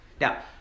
Now